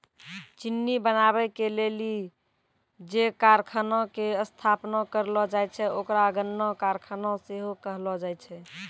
चिन्नी बनाबै के लेली जे कारखाना के स्थापना करलो जाय छै ओकरा गन्ना कारखाना सेहो कहलो जाय छै